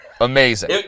Amazing